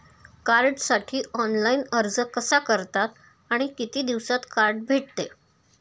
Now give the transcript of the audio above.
कार्डसाठी ऑनलाइन अर्ज कसा करतात आणि किती दिवसांत कार्ड भेटते?